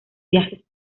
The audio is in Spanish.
viajes